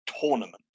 tournament